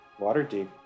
Waterdeep